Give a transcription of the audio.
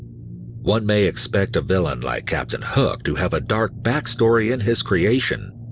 one may expect a villain like captain hook to have a dark backstory in his creation,